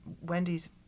Wendy's